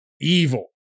evil